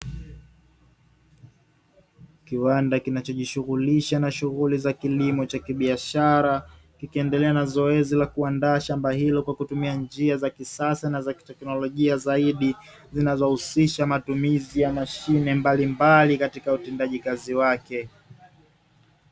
Kiwanda kinachojishughulisha na shughuli za kilimo cha kibiashara ikiendelea na zoezi la kuandaa shamba hilo, kwa kutumia njia za kisasa na za teknolojia zaidi zinazohusisha matumizi ya mashine mbalimbali katika utendaji kazi wake.